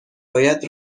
باید